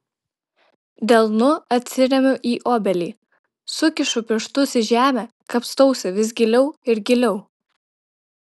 delnu atsiremiu į obelį sukišu pirštus į žemę kapstausi vis giliau ir giliau